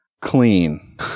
clean